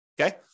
okay